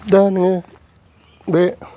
दा नोङो बे